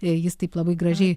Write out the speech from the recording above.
jei jis taip labai gražiai